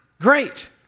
great